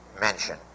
mention